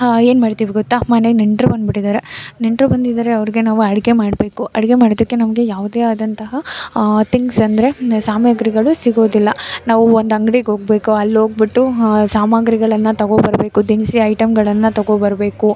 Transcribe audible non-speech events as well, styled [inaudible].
ಏನು ಮಾಡ್ತೀವಿ ಗೊತ್ತಾ ಮನೆಗೆ ನೆಂಟ್ರು ಬಂದ್ಬಿಟ್ಟಿದ್ದಾರೆ ನೆಂಟ್ರು ಬಂದಿದ್ದಾರೆ ಅವ್ರಿಗೆ ನಾವು ಅಡುಗೆ ಮಾಡಬೇಕು ಅಡುಗೆ ಮಾಡೋದಕ್ಕೆ ನಮಗೆ ಯಾವುದೇ ಆದಂತಹ ತಿಂಗ್ಸ್ ಅಂದರೆ [unintelligible] ಸಾಮಾಗ್ರಿಗಳು ಸಿಗೋದಿಲ್ಲ ನಾವು ಒಂದು ಅಂಗ್ಡಿಗೆ ಹೋಗ್ಬೇಕು ಅಲ್ಲಿ ಹೋಗ್ಬಿಟ್ಟು ಆ ಸಾಮಗ್ರಿಗಳನ್ನು ತಗೊಂಡ್ಬರ್ಬೇಕು ದಿನಸಿ ಐಟಮ್ಗಳನ್ನು ತಗೊಂಡ್ಬರ್ಬೇಕು